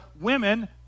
women